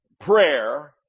prayer